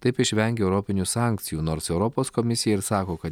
taip išvengė europinių sankcijų nors europos komisija ir sako kad